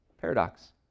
Paradox